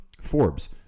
Forbes